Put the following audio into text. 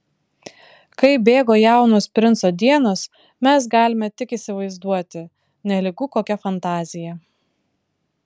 kaip bėgo jaunos princo dienos mes galime tik įsivaizduoti nelygu kokia fantazija